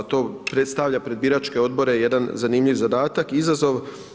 To predstavlja pred biračke odbore jedan zanimljiv zadatak, izazov.